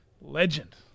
legend